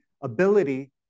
ability